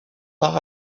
par